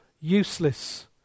useless